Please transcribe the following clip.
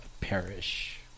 perish